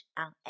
on